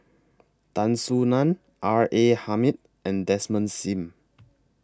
Tan Soo NAN R A Hamid and Desmond SIM